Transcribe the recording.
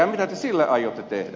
mitä te sille aiotte tehdä